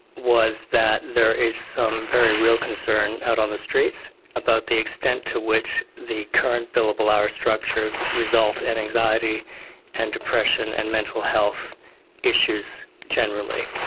was that there is some very real concern out on the streets about the extent to which the current billable hour structures result in and anxiety and depression and mental health issues generally.